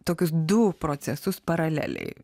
tokius du procesus paraleliai